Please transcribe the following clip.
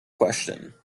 question